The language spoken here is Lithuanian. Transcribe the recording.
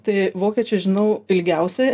tai vokiečius žinau ilgiausiai